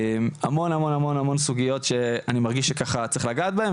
המון המון סוגיות, שאני מרגיש שככה צריך לגעת בהן.